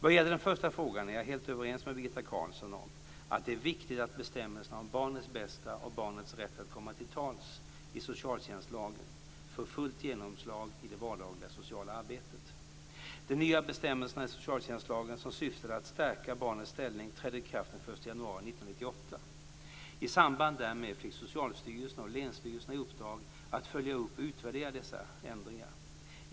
Vad gäller den första frågan är jag helt överens med Birgitta Carlsson om att det är viktigt att bestämmelserna om barnets bästa och barnets rätt att komma till tals i socialtjänstlagen får fullt genomslag i det vardagliga sociala arbetet. De nya bestämmelserna i socialtjänstlagen som syftade till att stärka barnets ställning trädde i kraft den 1 januari 1998. I samband därmed fick Socialstyrelsen och länsstyrelserna i uppdrag att följa upp och utvärdera dessa ändringar.